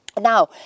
now